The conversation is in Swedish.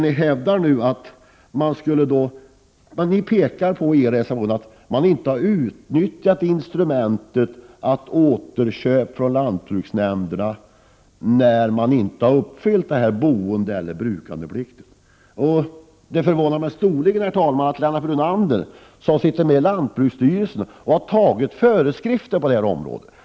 Ni hävdar i er reservation att lantbruksnämnderna inte har utnyttjat instrumentet att återköpa fastigheter när villkoret om brukning och bosättning inte har efterlevts. Lennart Brunanders åsikt förvånar mig storligen, herr talman. Han sitter ju med i lantbruksstyrelsen och har varit med om att besluta om föreskrifter på detta område.